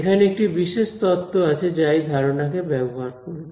এখানে একটি বিশেষ তত্ত্ব আছে যা এই ধারণাটি কে ব্যবহার করবে